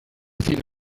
feel